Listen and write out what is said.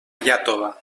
iàtova